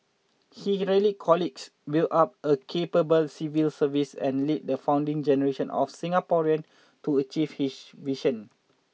he rallied colleagues built up a capable civil service and led the founding generation of Singaporeans to achieve his vision